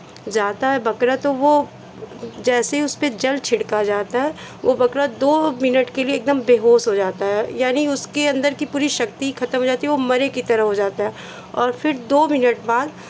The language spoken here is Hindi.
जाता है बकरा तो वो जैसे ही उस पर जल छिड़का जाता है वो बकरा दो मिनट के लिए एकदम बेहोश हो जाता है यानि उसके अंदर की पूरी शक्ति खतम हो जाती है वो मरे की तरह हो जाता है और फिर दो मिनट बाद